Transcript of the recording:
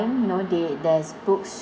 you know they there's books